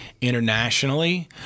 internationally